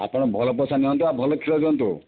ଆପଣ ଭଲ ପଇସା ନିଅନ୍ତୁ ଆଉ ଭଲ କ୍ଷୀର ଦିଅନ୍ତୁ